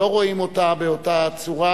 לא רואים את זה באותה צורה,